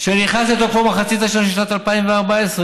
שנכנס לתוקף באמצע שנת 2016,